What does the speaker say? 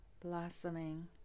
blossoming